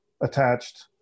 attached